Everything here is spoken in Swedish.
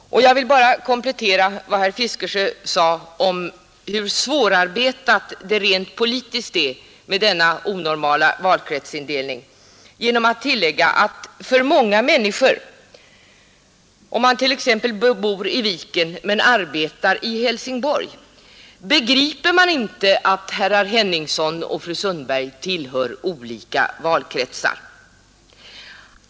Jag vill bara komplettera vad herr Fiskesjö sade om hur svårarbetat det är rent politiskt med denna onormala valkretsindelning genom att tillägga att många människor som t.ex. bor i Viken men arbetar i Helsingborg inte begriper att herr Henningsson och fru Sundberg tillhör olika valkretsar.